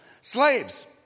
Slaves